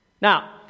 Now